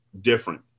different